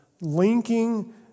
linking